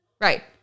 Right